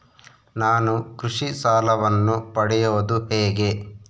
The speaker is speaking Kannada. ನಾನು ಕೃಷಿ ಸಾಲವನ್ನು ಪಡೆಯೋದು ಹೇಗೆ?